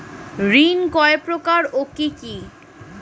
ঋণ কয় প্রকার ও কি কি?